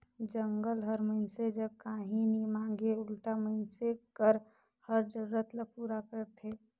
जंगल हर मइनसे जग काही नी मांगे उल्टा मइनसे कर हर जरूरत ल पूरा करथे